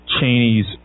Cheney's